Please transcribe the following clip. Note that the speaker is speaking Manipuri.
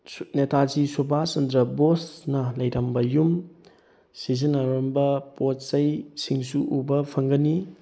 ꯅꯦꯇꯥꯖꯤ ꯁꯨꯕꯥꯁ ꯆꯟꯗ꯭ꯔ ꯕꯣꯁꯅ ꯂꯩꯔꯝꯕ ꯌꯨꯝ ꯁꯤꯖꯤꯟꯅꯔꯝꯕ ꯄꯣꯠ ꯆꯩꯁꯤꯡꯁꯨ ꯎꯕ ꯐꯪꯒꯅꯤ